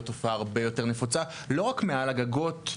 תופעה הרבה יותר נפוצה לא רק מעל הגגות,